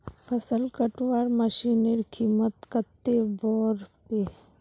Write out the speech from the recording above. फसल कटवार मशीनेर कीमत कत्ते पोर बे